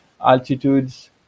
altitudes